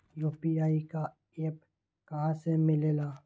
UPI का app कहा से मिलेला?